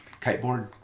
kiteboard